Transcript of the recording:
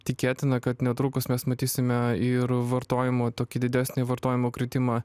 tikėtina kad netrukus mes matysime ir vartojimo tokį didesnį vartojimo kritimą